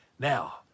Now